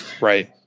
right